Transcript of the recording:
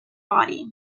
body